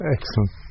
Excellent